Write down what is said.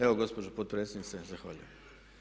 Evo gospođo potpredsjednice zahvaljujem.